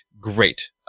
great